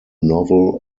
novel